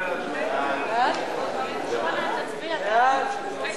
שינוי הרכב ועדת ערר),